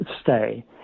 stay